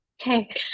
okay